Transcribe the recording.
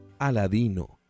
Aladino